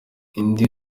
indi